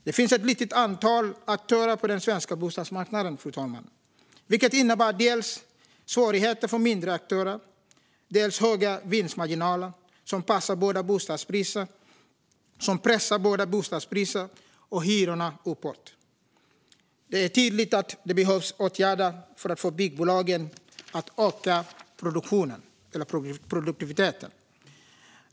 Det finns ett litet antal aktörer på den svenska bostadsmarknaden, fru talman, vilket innebär dels svårigheter för mindre aktörer, dels höga vinstmarginaler som pressar både bostadspriserna och hyrorna uppåt. Det är tydligt att det behövs åtgärder för att få byggbolagen att öka produktiviteten.